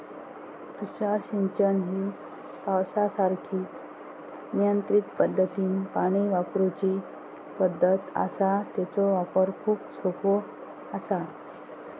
तुषार सिंचन ही पावसासारखीच नियंत्रित पद्धतीनं पाणी वापरूची पद्धत आसा, तेचो वापर खूप सोपो आसा